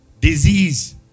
Disease